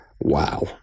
Wow